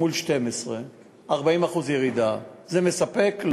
מול 12', 40% ירידה, זה מספק?